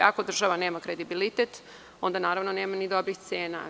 Ako država nema kredibilitet, onda nema ni dobrih cena.